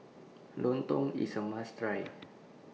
Lontong IS A must Try